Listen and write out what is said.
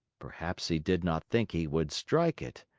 perhaps he did not think he would strike it.